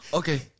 okay